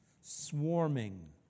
swarming